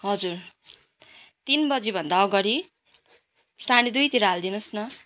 हजुर तिन बजीभन्दा अगाडि साढे दुईतिर हालिदिनु होस् न